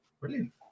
Brilliant